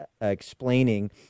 explaining